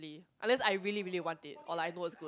unless I really really want it or like was